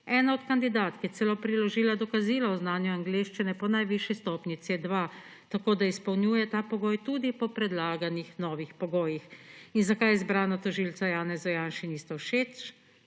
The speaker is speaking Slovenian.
Ena od kandidatk je celo priložila dokazilo o znanju angleščine po najvišji stopnji C2, tako da izpolnjuje ta pogoj tudi po predlaganih novih pogojih. In zakaj izbrana tožilca Janezu Janši nista všeč?